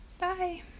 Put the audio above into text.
bye